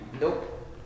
Nope